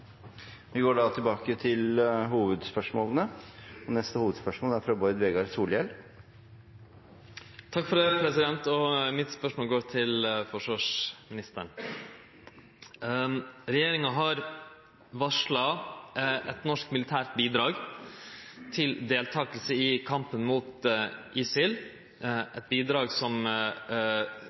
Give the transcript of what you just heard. går til neste hovedspørsmål. Spørsmålet mitt går til forsvarsministeren. Regjeringa har varsla eit norsk militært bidrag til deltaking i kampen mot ISIL, eit bidrag i Jordan, men som